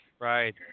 Right